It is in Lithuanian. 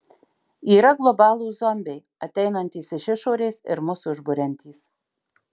yra globalūs zombiai ateinantys iš išorės ir mus užburiantys